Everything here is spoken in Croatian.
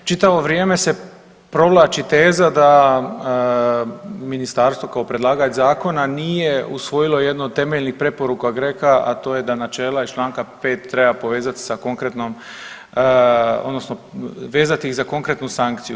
Čitavo vrijeme se provlači teza da ministarstvo kao predlagatelj zakona nije usvojilo jedno od temeljnih preporuka GRECO-a, a to je da načela iz čl.5 treba povezati sa konkretnom, odnosno vezati ih za konkretnu sankciju.